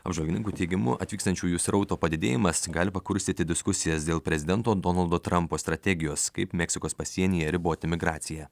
apžvalgininkų teigimu atvykstančiųjų srauto padidėjimas gali pakurstyti diskusijas dėl prezidento donaldo trampo strategijos kaip meksikos pasienyje riboti imigraciją